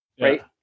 Right